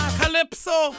calypso